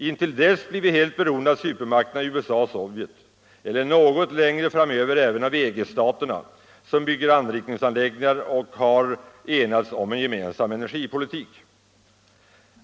Intill dess är vi helt beroende av supermakterna USA och Sovjet eller något längre framöver även av EG-staterna som bygger anrikningsanläggningar och har enats om gemensam energipolitik.